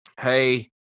Hey